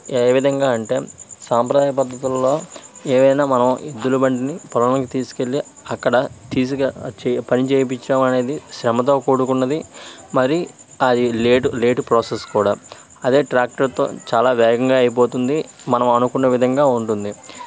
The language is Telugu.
ఏ విధంగా అంటే సాంప్రదాయ పద్ధతులలో ఏమైనా మనం ఎద్దుల బండిని పొలానికి తీసుకు వెళ్ళి అక్కడ తీసుకె చ పని చేయించాం అనేది శ్రమతో కూడుకున్నది మరి అది లేటు లేటు ప్రాసెస్ కూడా అదే ట్రాక్టర్తో చాలా వేగంగా అయిపోతుంది మనం అనుకున్న విధంగా ఉంటుంది